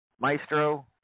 Maestro